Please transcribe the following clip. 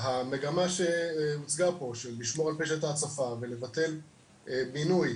המגמה שהוצגה פה של לשמור על פשט ההצפה ולבטל בינוי